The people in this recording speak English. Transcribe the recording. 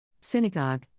Synagogue